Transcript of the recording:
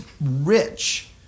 rich